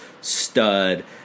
stud